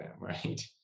right